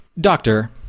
Doctor